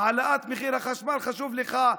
העלאת מחיר החשמל חשובה לך.